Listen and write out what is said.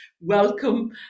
welcome